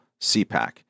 CPAC